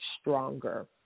stronger